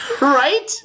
Right